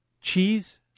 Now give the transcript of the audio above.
cheese